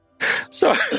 Sorry